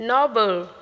Noble